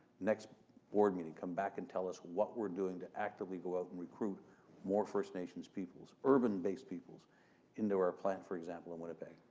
next board meeting, come back and tell us what we're doing to actively go out and recruit more first nations peoples, urban-based peoples peoples into our plant, for example, in winnipeg.